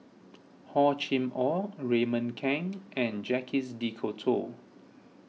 Hor Chim or Raymond Kang and Jacques De Coutre